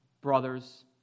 brothers